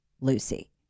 Lucy